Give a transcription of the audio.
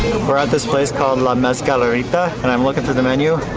this place called la mezcalerita, and i'm looking through the menu.